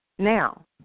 Now